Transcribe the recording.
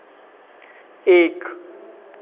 एक